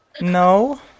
No